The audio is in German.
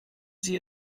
sie